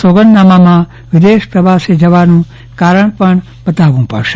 સોગંદનામામાં વિદેશ પ્રવાસે જવાનું કારણ પણ બતાવવું પડશે